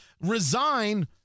resign